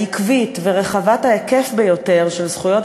העקבית ורחבת ההיקף ביותר של זכויות